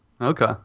Okay